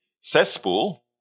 cesspool